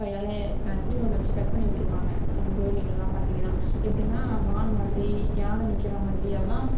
கையாலே கத்தரிகோல் வச்சு கட் பண்ணிவிட்ருப்பாங்க அந்த கோயிலெல்லாம் பார்த்திங்கனா எப்படினா மான் மாதிரி யானை நிற்கிறாமாதிரி அதெலாம்